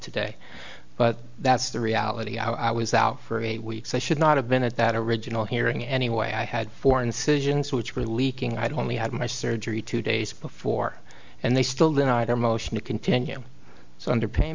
today but that's the reality i was out for eight weeks i should not have been at that original hearing anyway i had four incisions which were leaking i'd only had my surgery two days before and they still deny their motion to continue so under pain